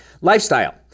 Lifestyle